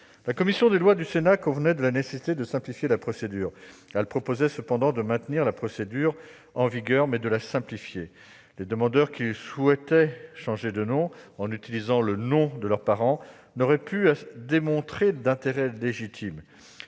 La commission des lois du Sénat convenait de la nécessité de simplifier la procédure. Elle proposait cependant de maintenir la procédure en vigueur, en la simplifiant. Les demandeurs qui souhaitaient changer de nom en utilisant le nom de leurs parents n'auraient pas eu à démontrer d'intérêt légitime.